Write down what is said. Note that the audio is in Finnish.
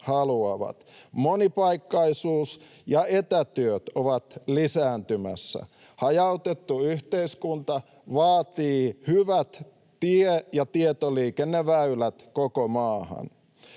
Monipaikkaisuus ja etätyöt ovat lisääntymässä. Hajautettu yhteiskunta vaatii hyvät tie‑ ja tietoliikenneväylät koko maahan.